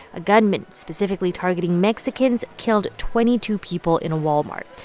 a gunman specifically targeting mexicans killed twenty two people in a walmart.